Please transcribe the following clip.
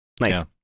Nice